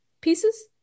pieces